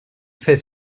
fait